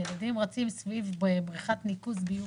והילדים רצים סביב בריכת ניקוז ביוב.